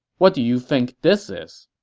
what do you think this is?